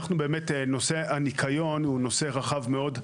נושא הניקיון הוא נושא רחב מאוד,